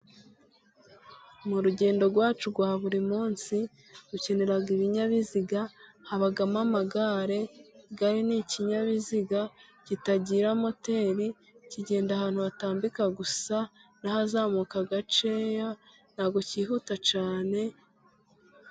Mu rugendo rwacu rwa buri munsi dukenera ibinyabiziga, habamo amagare, igare ni ikinyabiziga kitagira moteri, kigenda ahantu hatambika gusa n'ahazamuka gakeya, nta bwo kihuta cyane.